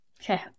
Okay